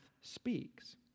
speaks